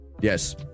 yes